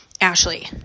Ashley